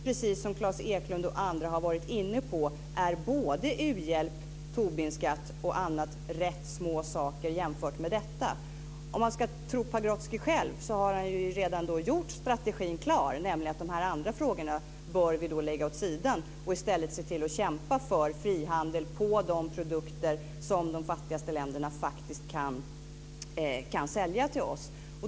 Precis som Klas Eklund och andra har varit inne på är både u-hjälp, Tobinskatt och annat rätt små saker jämfört med detta." Om man ska tro Pagrotsky själv har han ju redan strategin klar, nämligen att de andra frågorna bör läggas åt sidan. Vi bör i stället se till att kämpa för frihandel för de produkter som de fattigaste länderna kan sälja till oss.